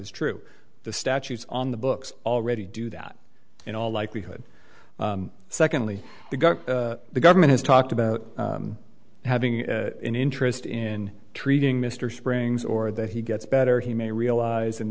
is true the statutes on the books already do that in all likelihood secondly the gun the government has talked about having an interest in treating mr springs or that he gets better he may realize and